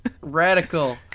Radical